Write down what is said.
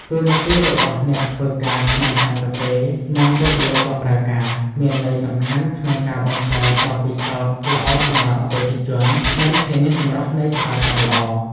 តួនាទីរបស់អ្នកធ្វើការក្នុងហាងកាហ្វេ និងបុគ្គលិកបម្រើការ មានន័យសំខាន់ក្នុងការបង្កើតបទពិសោធន៍ល្អសម្រាប់អតិថិជន និងធានាសម្រស់នៃសេវាកម្មល្អ។